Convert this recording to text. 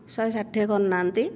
ଶହେ ଷାଠିଏ କରୁନାହାନ୍ତି